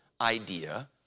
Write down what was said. idea